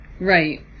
Right